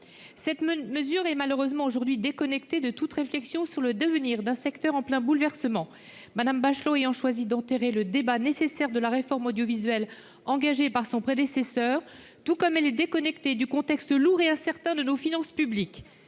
Cette mesure est malheureusement déconnectée de toute réflexion sur le devenir d'un secteur en plein bouleversement, Mme Bachelot ayant choisi d'enterrer le débat nécessaire sur la réforme audiovisuelle engagé par son prédécesseur. Elle est également déconnectée du contexte lourd et incertain de nos finances publiques.